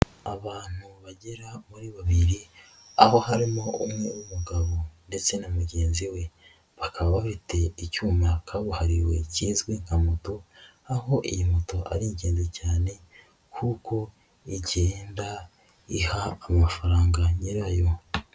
Abantu bagera muri babiri aho harimo umwe w'umugabo ndetse na mugenzi we, bakaba bafite icyuma kabuhariwe kizwi nka moto aho iyi moto ari igenzie cyane kuko igenda iha amafaranga nyirayo.